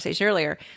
earlier